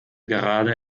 gerade